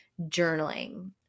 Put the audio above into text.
journaling